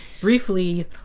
Briefly